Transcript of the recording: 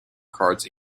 cards